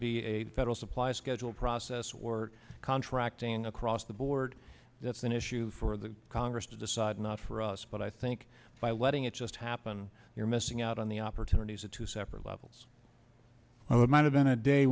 be a federal supply schedule process or contracting across the board that's an issue for the congress to decide not for us but i think by letting it just happen you're missing out on the opportunities at two separate levels well it might have been a day